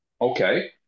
okay